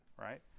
right